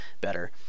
better